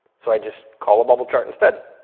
so i just call a bubble chart instead.